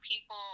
people